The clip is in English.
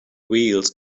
wheels